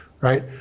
right